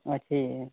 ଅଛି